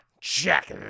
check